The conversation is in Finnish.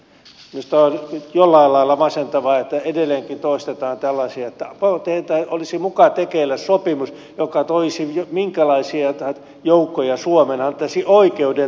minusta on jollain lailla masentavaa että edelleenkin toistetaan tällaisia että olisi muka tekeillä sopimus joka antaisi oikeuden tuoda minkälaisia tahansa joukkoja suomeen